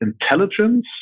intelligence